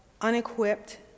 unequipped